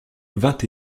vingt